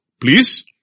Please